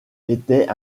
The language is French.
était